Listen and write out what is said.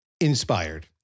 inspired